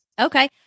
Okay